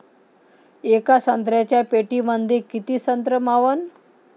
येका संत्र्याच्या पेटीमंदी किती संत्र मावन?